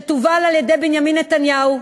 שתובל על-ידי בנימין נתניהו,